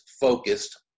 focused